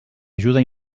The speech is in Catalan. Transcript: ajuda